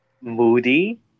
moody